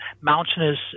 mountainous